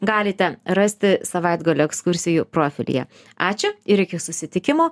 galite rasti savaitgalio ekskursijų profilyje ačiū ir iki susitikimo